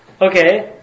Okay